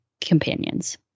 companions